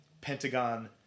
Pentagon